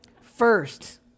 First